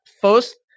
first